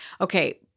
okay